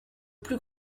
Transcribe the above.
plus